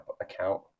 account